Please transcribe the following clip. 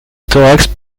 thorax